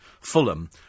Fulham